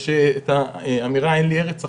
יש את האמירה "אין לי ארץ אחרת",